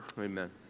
Amen